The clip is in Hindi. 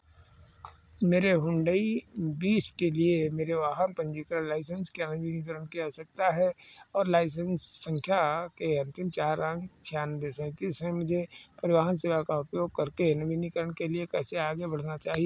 मेरे हुंडई बीस के लिए मेरे वाहन पंजीकरण लाइसेंस के नवीनीकरण के आवश्यकता है और लाइसेंस संख्या के अंतिम चार अंक छियानवे सैंतीस हैं मुझे परिवहन सेवा का उपयोग करके नवीनीकरण के लिए कैसे आगे बढ़ना चाहिए